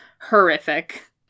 horrific